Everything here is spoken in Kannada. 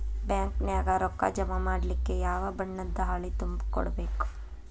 ಬ್ಯಾಂಕ ನ್ಯಾಗ ರೊಕ್ಕಾ ಜಮಾ ಮಾಡ್ಲಿಕ್ಕೆ ಯಾವ ಬಣ್ಣದ್ದ ಹಾಳಿ ತುಂಬಿ ಕೊಡ್ಬೇಕು?